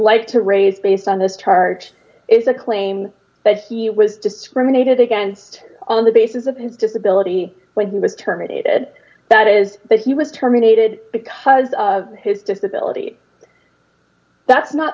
like to raise based on the charge is the claim that he was discriminated against on the basis of his disability when he was terminated that is that he was terminated because of his disability that's not